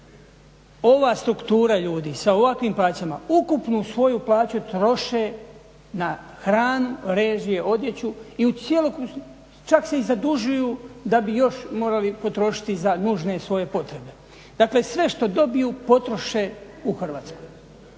Ova struktura ljudi sa ovakvim plaćama ukupnu svoju plaću troši na hranu, režije, odjeću čak se i zadužuju da bi još mogli potrošiti za nužne svoje potrebe. Dakle, sve što dobiju potroše u Hrvatskoj.